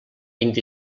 vint